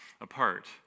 apart